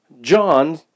John